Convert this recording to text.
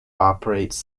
operates